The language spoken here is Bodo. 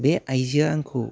बे आइजोआ आंखौ